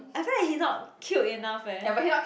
I feel like he not cute enough eh